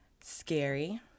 scary